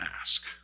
ask